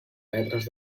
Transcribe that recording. metres